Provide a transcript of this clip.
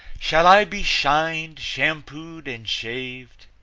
shall i be shined, shampooed and shaved,